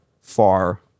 far